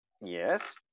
Yes